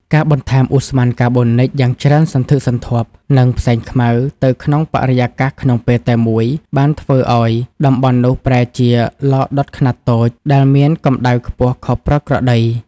ការបន្ថែមឧស្ម័នកាបូនិចយ៉ាងច្រើនសន្ធឹកសន្ធាប់ និងផ្សែងខ្មៅ ទៅក្នុងបរិយាកាសក្នុងពេលតែមួយ បានធ្វើឱ្យតំបន់នោះប្រែជា ឡដុតខ្នាតតូច ដែលមានកម្ដៅខ្ពស់ខុសប្រក្រតី។